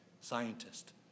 scientist